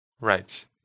Right